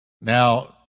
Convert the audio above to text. Now